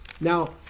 Now